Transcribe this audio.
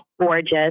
gorgeous